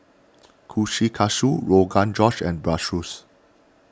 Kushikatsu Rogan Josh and Bratwurst